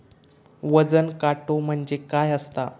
वजन काटो म्हणजे काय असता?